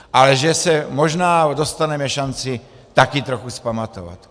Ale že možná dostaneme šanci se taky trochu vzpamatovat.